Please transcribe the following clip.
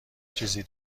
چیزی